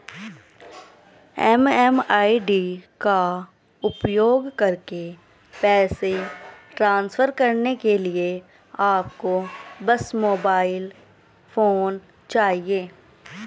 MMID का उपयोग करके पैसे ट्रांसफर करने के लिए आपको बस मोबाइल फोन चाहिए